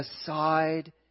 aside